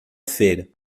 feira